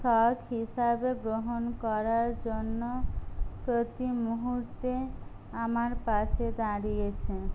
শখ হিসাবে গ্রহণ করার জন্য প্রতি মুহূর্তে আমার পাশে দাঁড়িয়েছে